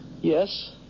yes